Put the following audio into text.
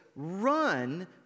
run